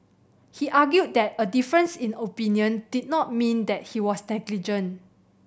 he argued that a difference in opinion did not mean that he was negligent